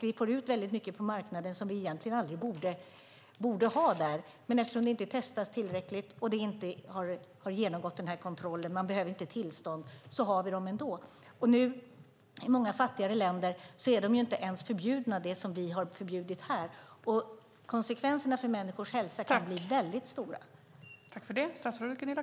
Vi får ut väldigt mycket på marknaden som vi egentligen aldrig borde ha där, men eftersom det inte testas tillräckligt och det inte har genomgått den här kontrollen, eftersom man inte behöver tillstånd, så har vi dem ändå. Och i många fattigare länder är det som vi har förbjudit här inte ens förbjudet. Konsekvenserna för människornas hälsa kan bli väldigt stora.